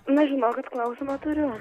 na žinokit klausimą turiu